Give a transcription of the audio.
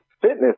fitness